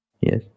yes